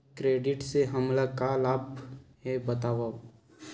Credit से हमला का लाभ हे बतावव?